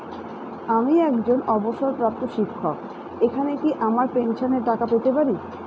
আমি একজন অবসরপ্রাপ্ত শিক্ষক এখানে কি আমার পেনশনের টাকা পেতে পারি?